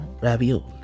ravioli